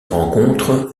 rencontre